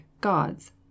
God's